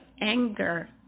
anger